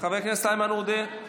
חבר הכנסת איימן עודה,